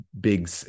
big